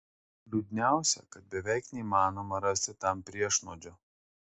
liūdniausia kad beveik neįmanoma rasti tam priešnuodžio